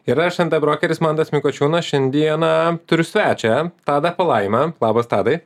ir aš nt brokeris mantas mikočiūnas šiandieną turiu svečią tadą palaimą labas tadai